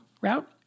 route